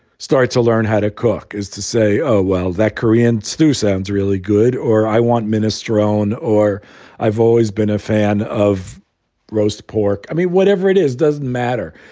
start to learn how to cook is to say, oh, well, that korean stew sounds really good or i want minestrone or i've always been a fan of roast pork. i mean, whatever it is, doesn't matter.